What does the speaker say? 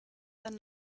than